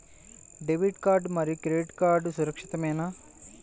Debit card మరియు credit card సురక్షితమేనా?